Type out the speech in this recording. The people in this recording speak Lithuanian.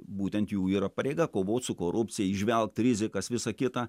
būtent jų yra pareiga kovot su korupcija įžvelgt rizikas visa kita